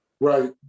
Right